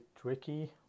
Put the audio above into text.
tricky